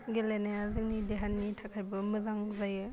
गेलेनाया जोंनि देहानि थाखाइबो मोजां जायो